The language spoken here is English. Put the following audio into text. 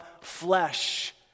flesh